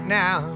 now